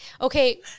Okay